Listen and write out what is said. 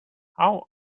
how